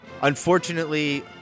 Unfortunately